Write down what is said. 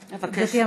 גברתי,